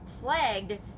plagued